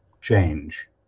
change